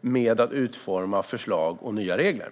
med att utforma förslag till nya regler.